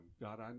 God